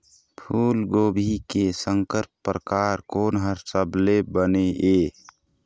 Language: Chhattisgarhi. फूलगोभी के संकर परकार कोन हर सबले बने ये?